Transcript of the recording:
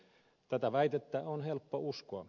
tätä väitettä on helppo uskoa